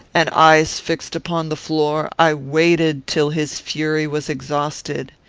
and eyes fixed upon the floor, i waited till his fury was exhausted.